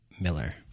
Miller